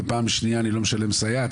ופעם שנייה אני לא משלם סייעת.